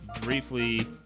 briefly